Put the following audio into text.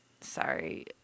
Sorry